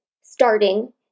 starting